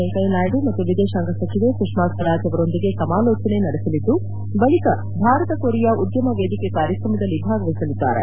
ವೆಂಕಯ್ಯ ನಾಯ್ಡು ಮತ್ತು ವಿದೇತಾಂಗ ಸಚಿವೆ ಸುಷ್ನಾ ಸ್ತರಾಜ್ ಅವರೊಂದಿಗೆ ಸಮಾಲೋಚನೆ ನಡೆಸಲಿದ್ದು ಬಳಿಕ ಭಾರತ ಕೊರಿಯಾ ಉದ್ಯಮ ವೇದಿಕೆ ಕಾರ್ಯಕ್ರಮದಲ್ಲಿ ಭಾಗವಹಿಸಲಿದ್ದಾರೆ